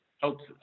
helps